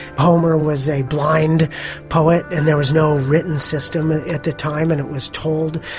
homer was a blind poet and there was no written system at the time and it was told.